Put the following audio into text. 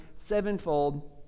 sevenfold